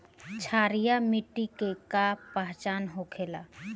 क्षारीय मिट्टी के का पहचान होखेला?